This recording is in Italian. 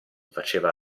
faceva